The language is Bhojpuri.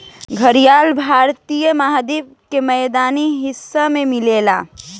घड़ियाल भारतीय महाद्वीप के मैदानी हिस्सा में मिलेला